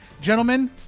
Gentlemen